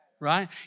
right